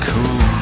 Cool